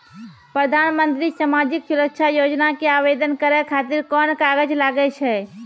प्रधानमंत्री समाजिक सुरक्षा योजना के आवेदन करै खातिर कोन कागज लागै छै?